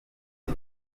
ute